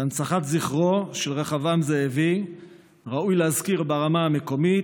את הנצחת זכרו של רחבעם זאבי ראוי להזכיר ברמה המקומית,